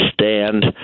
stand